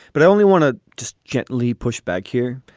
but i only want to just gently push back here.